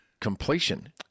completion